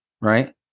right